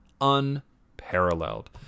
unparalleled